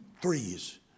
threes